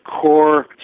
core